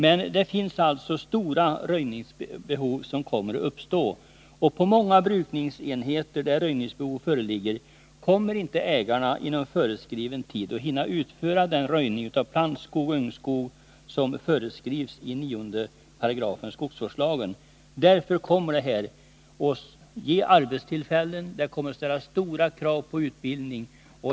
Men det kommer alltså att uppstå stora röjningsbehov, och på många brukningsenheter där röjningsbehov föreligger kommer inte ägarna att inom föreskriven tid hinna utföra den röjning av plantskog och ungskog som föreskrivs i9 § skogsvårdslagen. Detta kommer att ge arbetstillfällen och ställa stora krav på utbildning.